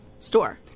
store